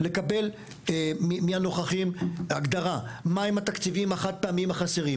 לקבל מהנוכחים הגדרה: מהם התקציבים החד-פעמים החסרים?